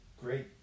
great